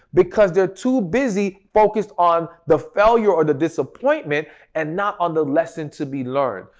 because they're too busy focused on the failure or the disappointment and not on the lesson to be learned.